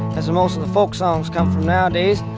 as most of the folk songs come from nowadays.